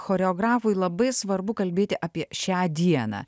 choreografui labai svarbu kalbėti apie šią dieną